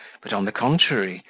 but, on the contrary,